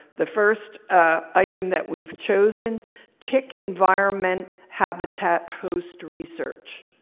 the first item that we've chosen tick environment habitat host research.